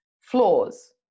flaws